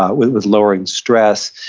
ah with with lowering stress,